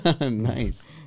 Nice